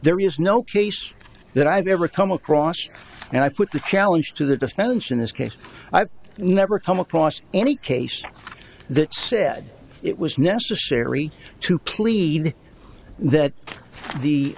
ere is no case that i've ever come across and i put the challenge to the defense in this case i've never come across any case that said it was necessary to plead that the